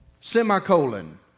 semicolon